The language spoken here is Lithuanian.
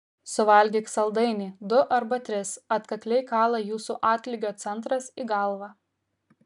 suvalgyk saldainį du arba tris atkakliai kala jūsų atlygio centras į galvą